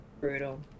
Brutal